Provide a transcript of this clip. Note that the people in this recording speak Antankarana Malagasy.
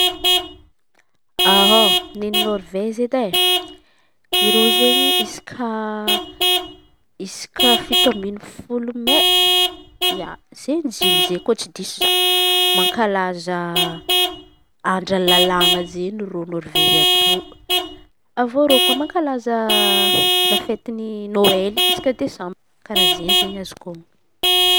Neny Norvezy edy e! Ireo izen̈y iska iska fito ambifolo mey, ia izen̈y izy in̈y zay koa tsy diso za mankalaza andro lalana izen̈y ireo Norvezy àby io. Avy eo koa reo mankalaza lafety ny nôely isaky desambra karazay izen̈y azoko onon̈a.